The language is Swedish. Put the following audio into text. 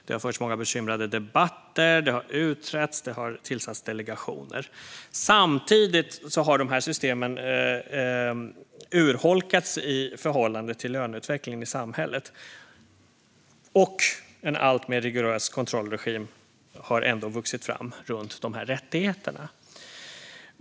Det har förts många bekymrade debatter. Det har utretts. Det har tillsatts delegationer. Samtidigt har dessa system urholkats i förhållande till löneutvecklingen i samhället. En alltmer rigorös kontrollregim har ändå vuxit fram runt de här rättigheterna.